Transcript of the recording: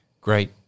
Great